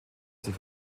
sich